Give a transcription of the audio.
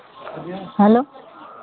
hello